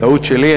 טעות שלי.